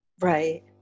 Right